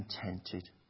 contented